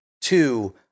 Two